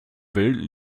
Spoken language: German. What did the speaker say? will